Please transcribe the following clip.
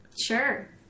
Sure